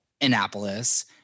Annapolis